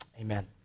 Amen